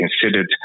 considered